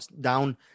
down